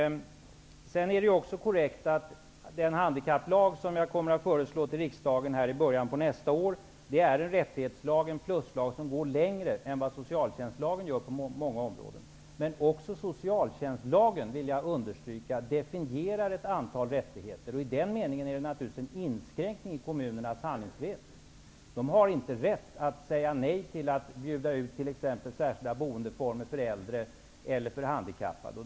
Det är också korrekt att den handikapplag som jag kommer att föreslå till riksdagen i början på nästa år är en rättighetslag, en pluslag, som går längre än vad socialtjänstlagen gör på många områden. Men jag vill understryka att även socialtjänstlagen definierar ett antal rättigheter. I den meningen är det naturligtvis en inskränkning i kommunernas handlingsfrihet. De har inte rätt att säga nej till att bjuda ut t.ex. särskilda boendeformer för äldre eller handikappade.